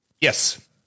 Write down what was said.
Yes